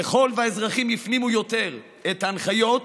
ככל שהאזרחים הפנימו יותר את ההנחיות